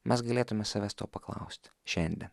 mes galėtumėme savęs to paklausti šiandien